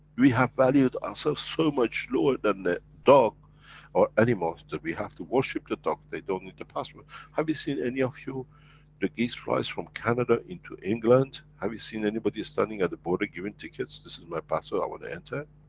we have valued ourselves so much lower than the dog or animals, that we have worship the dog, they don't need a passport. have you seen any of you the geese flies form canada into england, have you seen anybody standing at the border giving tickets, this is my passport i wanna enter.